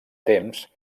temps